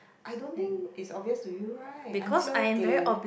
I don't think it's obvious to you right until they